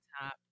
top